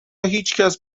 هیچکس